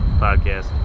podcast